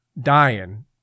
dying